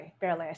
barely